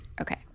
Okay